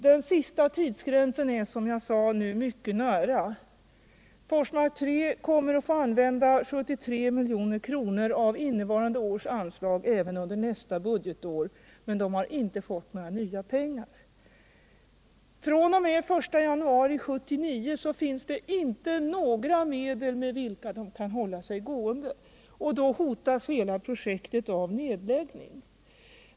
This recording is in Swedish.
Den sista tidsgränsen är som jag sade mycket nära. Forsmark 3 kommer att få använda 73 milj.kr. av innevarande års anslag även under nästa budgetår men har inte fått några nya pengar. fr.o.m. den 1 januari 1979 finns det inte några medel med vilka Forsmark 3 kan hållas i gång, och då hotas hela projektet av nedläggning.